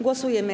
Głosujemy.